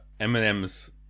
Eminem's